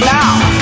now